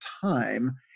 time